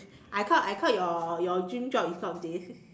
I thought I thought your dream job is not this